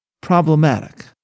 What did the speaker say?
problematic